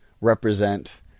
represent